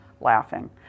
laughing